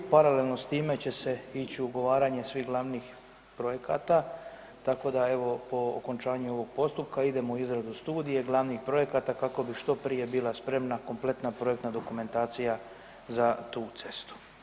Paralelno s time će se ići u ugovaranje svih glavnih projekata tako da evo po okončanju ovog postupa idemo u izradu studije, glavnih projekata kako bi što prije bila spremna kompletna projektna dokumentacija za tu cestu.